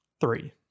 Three